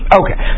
okay